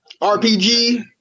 RPG